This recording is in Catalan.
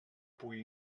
pugui